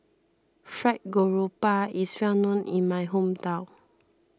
Fried Garoupa is well known in my hometown